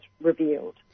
revealed